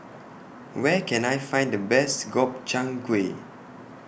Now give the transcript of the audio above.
Where Can I Find The Best Gobchang Gui